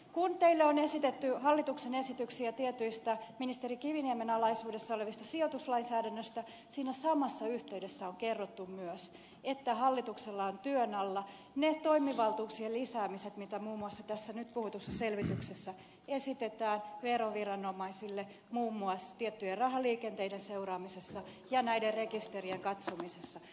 kun teille on esitetty hallituksen esityksiä tietyistä ministeri kiviniemen alaisuudessa olevista sijoituslainsäädännöistä siinä samassa yhteydessä on kerrottu myös että hallituksella on työn alla ne toimivaltuuksien lisäämiset mitä muun muassa tässä nyt puhutussa selvityksessä esitetään veroviranomaisille muun muassa tiettyjen rahaliikenteiden seuraamisessa ja näiden rekisterien katsomisessa